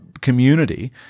community